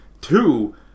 Two